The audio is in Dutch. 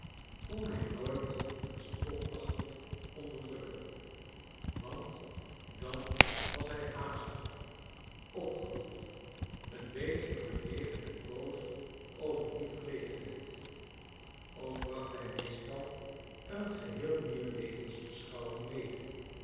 kon hij nooit een spotlachje onderdrukken want dan was hij haastig opgewonden een beetje verlegen en boos over die verlegenheid ook bracht hij meestal een geheel nieuwe levensbeschouwing mede